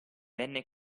venne